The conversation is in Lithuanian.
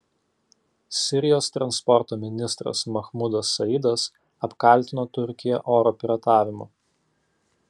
sirijos transporto ministras mahmudas saidas apkaltino turkiją oro piratavimu